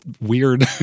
weird